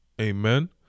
Amen